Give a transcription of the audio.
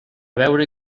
veure